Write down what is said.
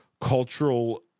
cultural